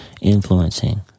influencing